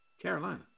Carolina